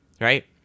right